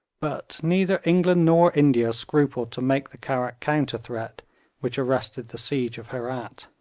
but neither england nor india scrupled to make the karrack counter-threat which arrested the siege of herat